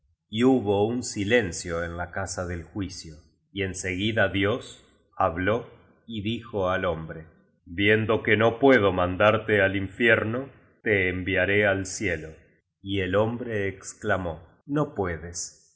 y hubo un silencio en la casa del juicio y en seguida dios habló y dijo ai hombre viendo que no puedo mandarte ai infierno te enviaré al cielo y el hombre exclamó no puedes